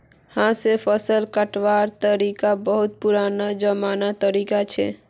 हाथ स फसल कटवार तरिका बहुत पुरना जमानार तरीका छिके